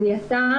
זיהתה,